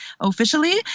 officially